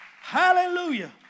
Hallelujah